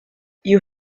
you